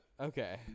Okay